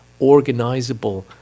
organizable